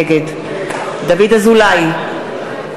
נגד דוד אזולאי,